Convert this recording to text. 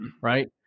right